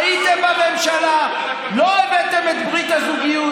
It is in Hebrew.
הייתם בממשלה, לא הבאתם את ברית הזוגיות,